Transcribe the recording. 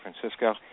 Francisco